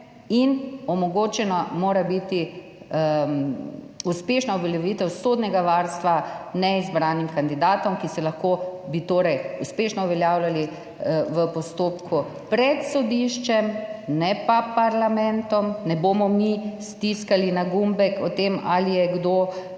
in omogočena mora biti uspešna uveljavitev sodnega varstva neizbranim kandidatom, ki bi lahko torej uspešno uveljavljali v postopku pred sodiščem, ne pa parlamentom. Ne bomo mi stiskali na gumbek o tem, ali je kdo